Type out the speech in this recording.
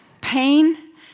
pain